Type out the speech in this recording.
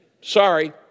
Sorry